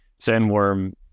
sandworm